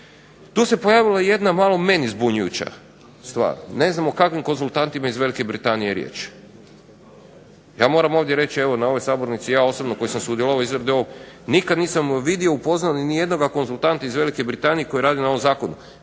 Tu se pojavilo meni možda zbunjujuća stvar, ne znam o kakvim konzultantima iz Velike Britanije je riječ. Ja moram ovdje reći na ovoj sabornici, ja koji sam osobno sudjelovao u ovome, nikada nisam vidio upoznao ni jednoga konzultanta iz Velike Britanije koji je radio na ovom zakonu.